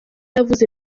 yavuze